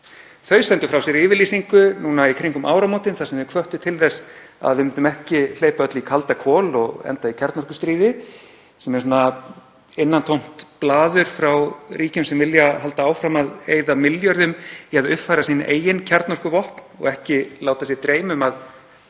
Þau sendu frá sér yfirlýsingu í kringum nýliðin áramót þar sem þau hvöttu til þess að við myndum ekki hleypa öllu í kaldakol og enda í kjarnorkustríði, sem er innantómt blaður frá ríkjum sem vilja halda áfram að eyða milljörðum í að uppfæra sín eigin kjarnorkuvopn og láta sig ekki dreyma um að